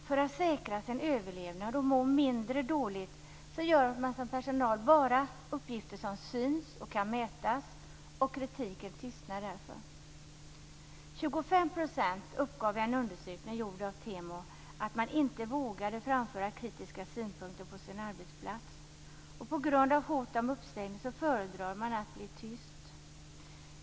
För att säkra sin överlevnad och må mindre dåligt gör personalen bara uppgifter som syns och kan mätas, och kritiken tystnar därför. I en undersökning av TEMO uppgav 25 % av de tillfrågade att man inte vågade framföra kritiska synpunkter på sin arbetsplats. På grund av hot om uppsägning föredrar man att vara tyst.